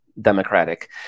democratic